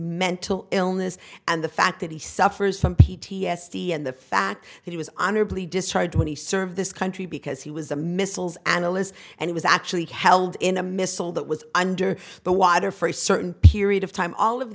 mental illness and the fact that he suffers from p t s d and the fact he was honorably discharged twenty serve this country because he was a missiles analyst and he was actually held in a missile that was under the water for a certain period of time all of